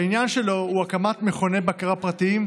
שהעניין שלו הוא הקמת מכוני בקרה פרטיים,